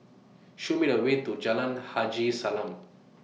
Show Me The Way to Jalan Haji Salam